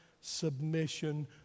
submission